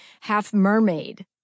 half-mermaid